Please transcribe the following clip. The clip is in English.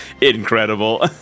Incredible